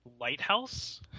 lighthouse